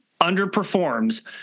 underperforms